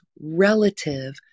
relative